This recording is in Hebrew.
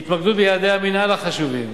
התמקדות ביעדי המינהל החשובים.